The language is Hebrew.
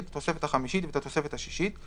את התוספת החמישית ואת התוספת השישית",